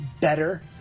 better